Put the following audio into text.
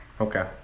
Okay